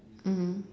mmhmm